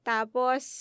Tapos